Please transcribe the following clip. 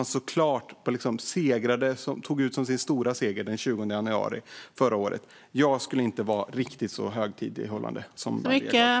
Man tog ut detta som sin stora seger den 20 januari förra året. Jag skulle inte hålla det riktigt så högtidligt som Maria Gardfjell gör.